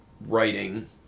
writing